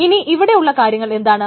ഇനി ഇവിടെ ഉള്ള കാര്യങ്ങൾ എന്താണ്